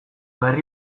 berri